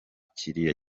kiriya